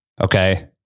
Okay